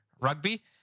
rugby